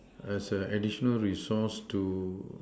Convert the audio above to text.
as a additional resource to